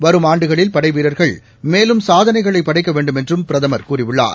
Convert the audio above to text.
வரும் ஆண்டுகளில் படை வீரர்கள் மேலும் சாதனைகளை படைக்க வேண்டுமென்றும் பிரதமா் கூறியுள்ளார்